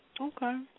Okay